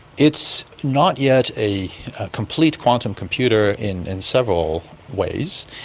it's not yet a complete quantum computer in in several ways.